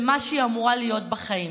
ובמה שהיא אמורה להיות בחיים,